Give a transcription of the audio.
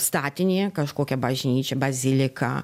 statinį kažkokią bažnyčią baziliką